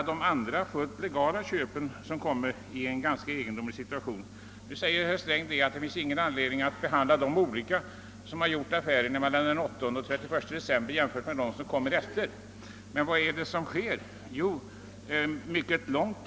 Men de som gjort fullt legala köp kommer i en ganska egendomlig situation. Herr Sträng säger att det inte finns anledning att behandla dem som gjort affärer mellan den 8 november och 31 december på annat sätt än dem som kommer att göra affärer efter den 31 december.